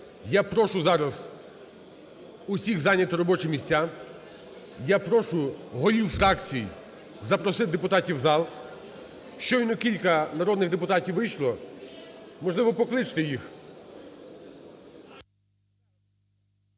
Я прошу зараз усіх зайняти робочі місця. Я прошу голів фракцій запросити депутатів в зал. Щойно кілька народних депутатів вийшло, можливо, покличте їх.